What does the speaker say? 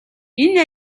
энэ